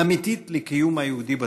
אמיתית לקיום היהודי בתפוצות.